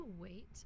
wait